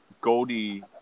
Goldie